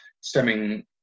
stemming